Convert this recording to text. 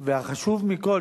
והחשוב מכול,